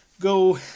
go